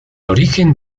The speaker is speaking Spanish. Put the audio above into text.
origen